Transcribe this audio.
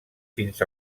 fins